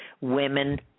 women